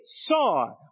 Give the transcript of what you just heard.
saw